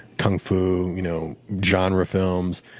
kung fu, you know genre films,